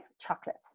chocolate